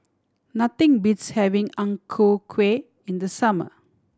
nothing beats having Ang Ku Kueh in the summer